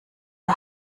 der